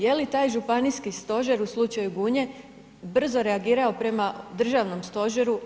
Je li taj županijski stožer u slučaju Gunje brzo reagirao prema državnom stožeru?